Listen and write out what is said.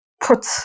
put